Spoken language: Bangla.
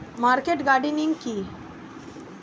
মার্কেট গার্ডেনিং কি?